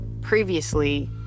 previously